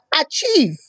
achieve